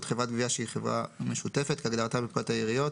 חברת גבייה שהיא חברה משותפת כהגדרתה בפקודת העיריות,